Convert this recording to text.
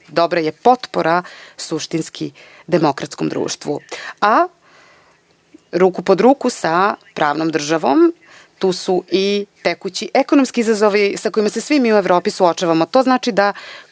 dobra je potpora suštinski demokratskom društvu. Ruku pod ruku sa pravnom državom, tu su i tekući ekonomski izazovi sa kojima se svi mi u Evropi suočavamo. To znači da